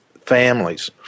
families